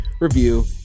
review